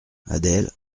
adèle